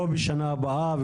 לא בשנה הבאה,